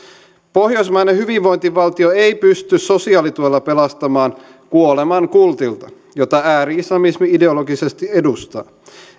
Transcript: pohjoismainen hyvinvointivaltio ei pysty sosiaalituella pelastamaan kuoleman kultilta jota ääri islamismi ideologisesti edustaa